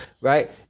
Right